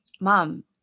mom